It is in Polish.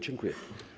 Dziękuję.